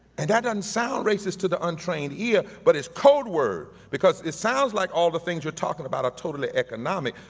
and that doesn't and sound racist to the untrained ear, but it's codeword because it sounds like all the things you're talking about are totally economic,